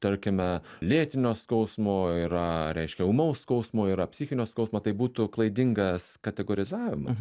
tarkime lėtinio skausmo yra reiškia ūmaus skausmo yra psichinio skausmo tai būtų klaidingas kategorizavimas